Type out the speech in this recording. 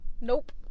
Nope